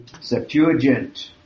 Septuagint